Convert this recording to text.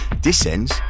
Descends